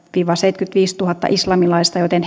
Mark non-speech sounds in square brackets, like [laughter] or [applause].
viiva seitsemänkymmentäviisituhatta islamilaista joten [unintelligible]